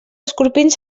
escorpins